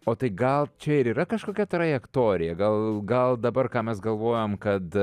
o tai gal čia ir yra kažkokia trajektorija gal gal dabar ką mes galvojam kad